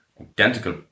identical